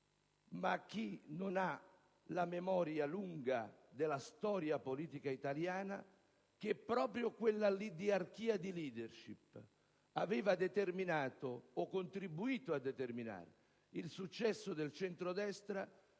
a chi non ha la memoria lunga della storia politica italiana - che proprio quella diarchia di *leadership* aveva determinato, o contribuito a determinare, il successo del centrodestra: